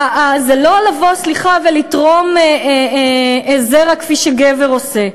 זה לא לבוא, סליחה, ולתרום זרע, כפי שגבר עושה.